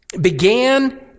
began